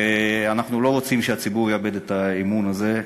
ואנחנו לא רוצים שהציבור יאבד את האמון הזה.